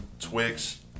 Twix